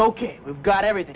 ok we've got everything